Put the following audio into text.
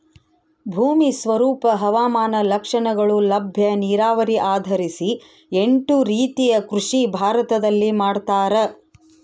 ಭೂಮಿ ಸ್ವರೂಪ ಹವಾಮಾನ ಲಕ್ಷಣಗಳು ಲಭ್ಯ ನೀರಾವರಿ ಆಧರಿಸಿ ಎಂಟು ರೀತಿಯ ಕೃಷಿ ಭಾರತದಲ್ಲಿ ಮಾಡ್ತಾರ